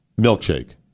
milkshake